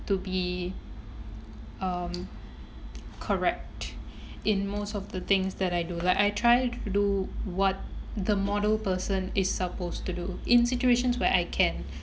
to be um correct in most of the things that I do like I try to do what the model person is supposed to do in situations where I can